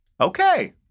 Okay